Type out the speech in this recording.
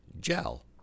gel